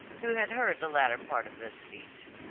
who had heard the latter part of this speech.